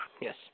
yes